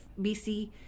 bc